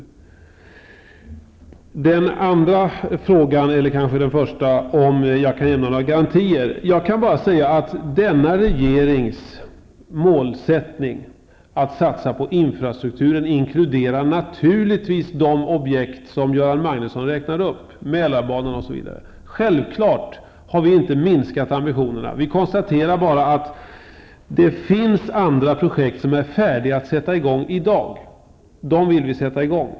På den första frågan, om jag kan lämna några finansieringsgarantier, kan jag bara säga att regeringens målsättning att satsa på infrastrukturen naturligtvis inkluderar de objekt som Göran Magnusson räknar upp, Mälarbanan osv. Självfallet har vi inte minskat ambitionerna. Vi konstaterar bara att det finns andra projekt som är färdiga att sätta i gång i dag. Dessa vill vi starta.